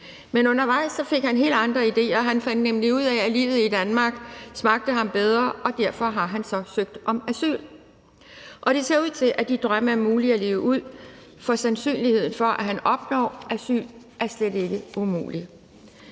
Men undervejs fik han helt andre idéer, for han fandt nemlig ud af, at livet i Danmark smagte ham bedre, og derfor har så søgt om asyl. Og det ser ud til, at de drømme er mulige at leve ud, for sandsynligheden for, at han opnår asyl, er slet ikke lille.